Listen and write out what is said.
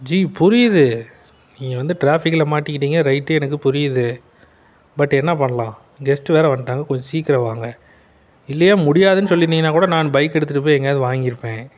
G புரியுது நீங்கள் வந்து டிராஃபிக்கில் மாட்டிக்கிட்டீங்க ரைட்டு எனக்கு புரியுது பட் என்ன பண்ணலாம் கெஸ்ட்டு வேறு வந்துவிட்டாங்க கொஞ்சம் சீக்கிரம் வாங்க இல்லையா முடியாதுன்னு சொல்லியிருந்திருங்கன்னா கூட நான் பைக்கு எடுத்துகிட்டு போய் எங்கேயாவது வாங்கியிருப்பேன்